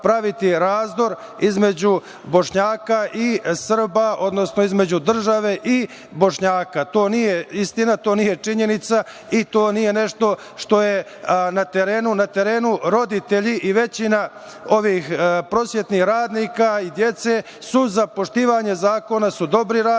razdor između Bošnjaka i Srba, odnosno između države i Bošnjaka. To nije istina, to nije činjenica i to nije nešto što je na terenu. Na terenu roditelji i većina ovih prosvetnih radnika i dece su za poštovanje zakona, jer su dobri radnici,